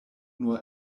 nur